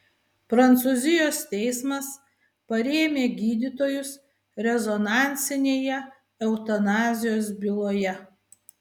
prancūzijos teismas parėmė gydytojus rezonansinėje eutanazijos byloje